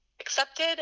accepted